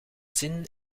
zin